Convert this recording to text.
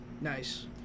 Nice